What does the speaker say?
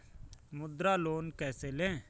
मुद्रा लोन कैसे ले?